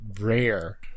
rare